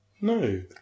No